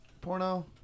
porno